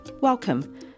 welcome